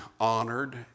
honored